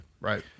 right